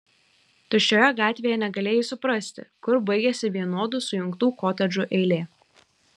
tuščioje gatvėje negalėjai suprasti kur baigiasi vienodų sujungtų kotedžų eilė